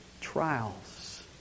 trials